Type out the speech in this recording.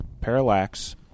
Parallax